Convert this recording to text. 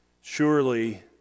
Surely